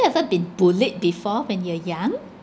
ever been bullied before when you were young